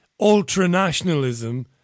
ultranationalism